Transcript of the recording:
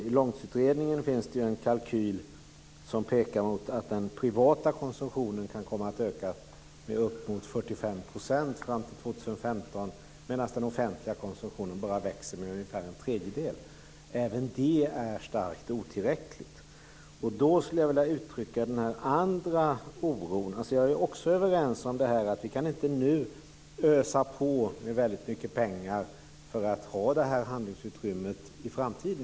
I Långtidsutredningen finns det en kalkyl som pekar på att den privata konsumtionen kan komma att öka med upp mot 45 % fram till år 2015, medan den offentliga konsumtionen bara växer med ungefär en tredjedel. Även det är starkt otillräckligt. Jag skulle vilja uttrycka en annan oro. Jag är också överens om att vi nu inte kan ösa på med mycket pengar för att ha ett handlingsutrymme i framtiden.